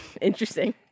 Interesting